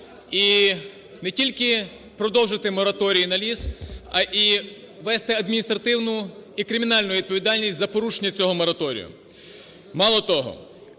і не тільки продовжити мораторій на ліс, а і вести адміністративну і кримінальну відповідальність за порушення цього мораторію. Мало того,